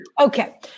Okay